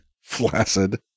flaccid